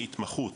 התמחות.